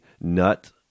nut